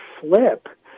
flip